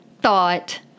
thought